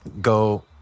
go